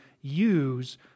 use